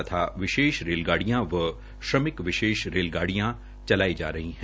तथा विशेष रेलगाडियां व श्रमिक विशेष रेलगाड़यां चलाई जा रही है